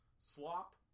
Slop